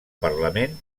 parlament